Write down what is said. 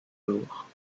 jours